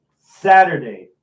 Saturday